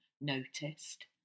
noticed